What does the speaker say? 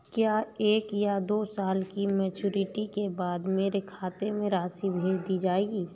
क्या एक या दो साल की मैच्योरिटी के बाद मेरे खाते में राशि भेज दी जाएगी?